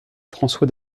françois